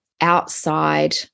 outside